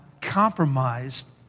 compromised